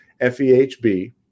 FEHB